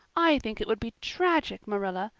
i think it would be tragic, marilla,